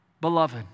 Beloved